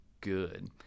good